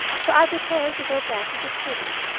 so i prepared to go back to the city,